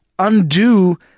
undo